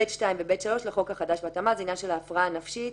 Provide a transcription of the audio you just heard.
(ב)(2) ו-(ב)(3) לחוק החדש בהתאמה." זה עניין של הפרעה נפשית,